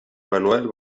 manuel